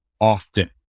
often